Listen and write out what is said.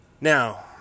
Now